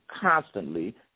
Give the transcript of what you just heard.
constantly